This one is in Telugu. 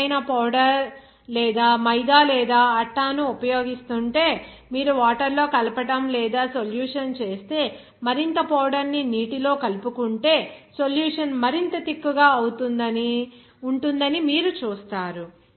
మనము ఏదైనా పౌడర్ లేదా మైదా లేదా అట్టా ఉపయోగిస్తుంటే మీరు వాటర్ లో కలపడం లేదా సొల్యూషన్ చేస్తే మరింత పౌడర్ ని నీటిలో కలుపుకుంటే సొల్యూషన్ మరింత థిక్ గా ఉంటుందని మీరు చూస్తారు